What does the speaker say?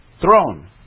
throne